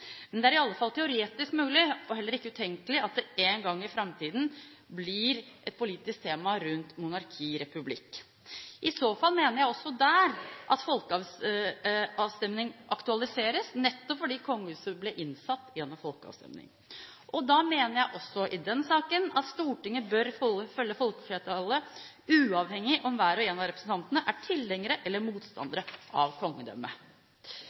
men det er i alle fall teoretisk mulig – og heller ikke utenkelig – at monarki/republikk en gang i framtiden blir et politisk tema. I så fall mener jeg, også der, at folkeavstemning aktualiseres, nettopp fordi kongehuset ble innsatt gjennom folkeavstemning. Og da mener jeg, også i den saken, at Stortinget bør følge folkeflertallet, uavhengig av om hver og en av representantene er tilhenger eller motstander av kongedømmet.